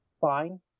fine